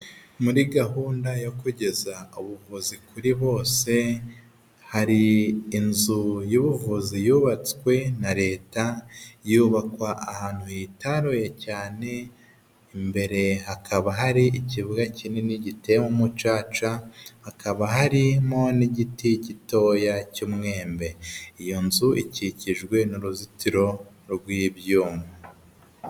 Muri gahunda yo kugeza ubuvuzi kuri bose, hari inzu y'ubuvuzi yubatswe na leta yubakwa ahantu hitaruye cyane imbere hakaba hari ikibuga kinini giteyemo umucaca hakaba harimo n'igiti gitoya cy'umwembe. Iyo nzu ikikijwe n'uruzitiro rw'ibyuma.